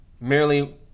merely